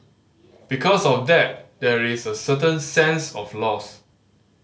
because of that there is a certain sense of loss